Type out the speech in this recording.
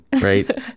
Right